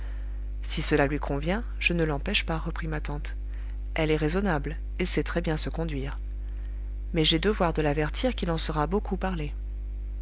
si cela lui convient je ne l'empêche pas reprit ma tante elle est raisonnable et sait très-bien se conduire mais j'ai devoir de l'avertir qu'il en sera beaucoup parlé